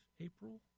April